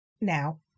Now